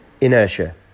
Inertia